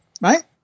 right